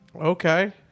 Okay